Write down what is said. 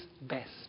best